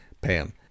pam